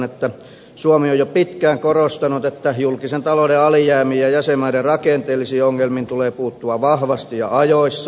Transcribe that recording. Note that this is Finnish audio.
suomi on jo pitkään korostanut että julkisen talouden alijäämiin ja jäsenmaiden rakenteellisiin ongelmiin tulee puuttua vahvasti ja ajoissa